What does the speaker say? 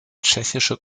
tschechische